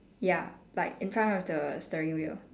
ya like in front of the steering wheel